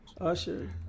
Usher